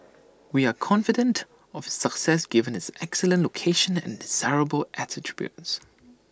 we are confident of its success given its excellent location and desirable attributes